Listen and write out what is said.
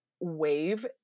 wave